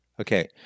Okay